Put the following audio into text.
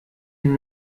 ihm